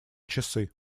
часы